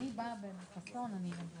נקרא